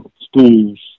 schools